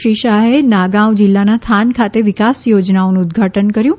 શ્રી શાહે નાગાંવ જીલ્લાના થાન ખાતે વિકાસ યોજનાઓનું ઉદઘાટન કર્યું હતું